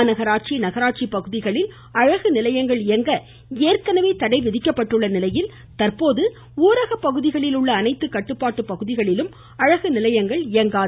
மாநகராட்சி நகராட்சி பகுதிகளில் அழகு நிலையங்கள் இயங்க ஏற்கெனவே தடைவிதிக்கப்பட்டுள்ள நிலையில் தற்போது ஊரகப்பகுதிகளில் உள்ள அனைத்து கட்டுப்பாட்டு பகுதிகளிலும் அழகு நிலையங்கள் இயங்காது